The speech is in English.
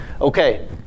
Okay